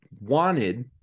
wanted